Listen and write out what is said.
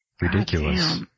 Ridiculous